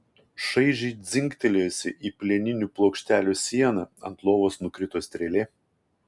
šaižiai dzingtelėjusi į plieninių plokštelių sieną ant lovos nukrito strėlė